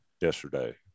yesterday